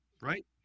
Right